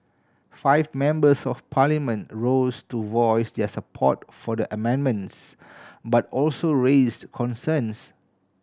five members of Parliament rose to voice their support for the amendments but also raise concerns